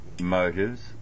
motives